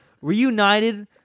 Reunited